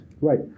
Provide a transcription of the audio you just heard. Right